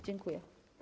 Dziękuję.